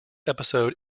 episode